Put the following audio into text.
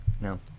No